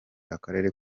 akarere